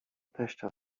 teścia